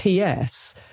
PS